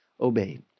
obeyed